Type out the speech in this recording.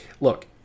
look